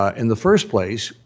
ah in the first place,